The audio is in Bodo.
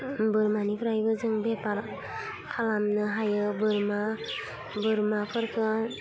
बोरमानिफ्रायबो जों बेफार खालामनो हायो बोरमा बोरमाफोरखो